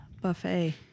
buffet